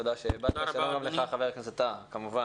בבקשה חבר הכנסת טיבי.